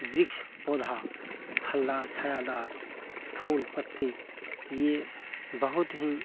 वृक्ष पौधा फलदार छायादार फूल पत्ती यह बहुत ही